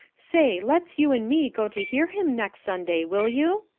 say, let's you and me go to hear him next sunday, will you?